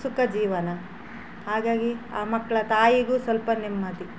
ಸುಖ ಜೀವನ ಹಾಗಾಗಿ ಆ ಮಕ್ಕಳ ತಾಯಿಗೂ ಸ್ವಲ್ಪ ನೆಮ್ಮದಿ